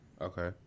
Okay